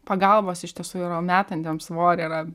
pagalbos iš tiesų yra metantiems svorį yra